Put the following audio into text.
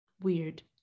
Weird